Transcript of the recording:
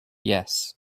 yes